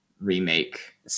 remake